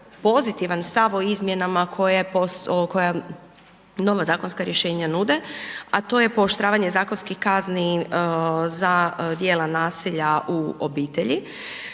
pozitivan stav o izmjenama koje, koja nova zakonska rješenja nude, a to je pooštravanje zakonskih kazni za djela nasilja u obitelji,